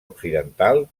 occidental